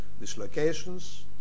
dislocations